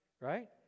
right